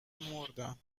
مردم